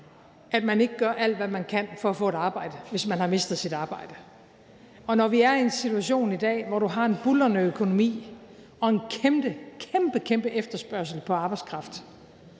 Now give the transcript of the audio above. at man ikke gør alt, hvad man kan, for at få et arbejde, hvis man har mistet sit arbejde, og når vi er i en situation i dag, hvor du har en buldrende økonomi og en kæmpe, kæmpe efterspørgsel på arbejdskraft,